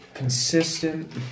Consistent